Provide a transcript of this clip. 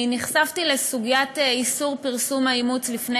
נחשפתי לסוגיית איסור פרסום האימוץ לפני